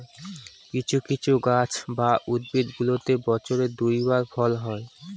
কিছু কিছু গাছ বা উদ্ভিদগুলোতে বছরে দুই বার ফল হয়